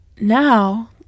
now